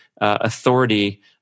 authority